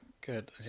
good